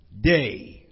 day